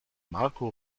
marco